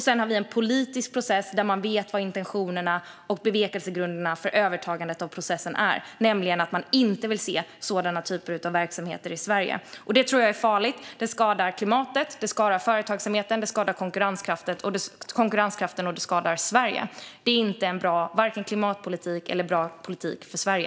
Sedan har vi en politisk process där man vet vilka intentionerna och bevekelsegrunderna för övertagandet av processen är, nämligen att man inte vill se sådana typer av verksamheter i Sverige. Jag tror att detta är farligt. Det skadar klimatet, det skadar företagsamheten, det skadar konkurrenskraften och det skadar Sverige. Det är varken en bra klimatpolitik eller en bra politik för Sverige.